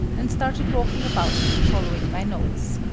and started walking about following my nose.